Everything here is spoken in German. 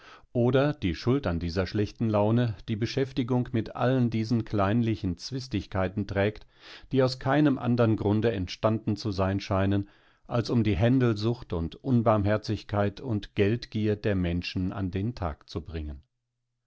oder die schuld an dieser schlechten laune die beschäftigung mit allen diesen kleinlichen zwistigkeiten trägt die aus keinem andern grunde entstanden zu sein scheinen als um die händelsucht und unbarmherzigkeit und geldgier der menschen an den tag zu bringen